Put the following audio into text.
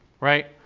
right